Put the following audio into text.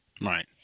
Right